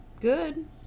good